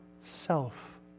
self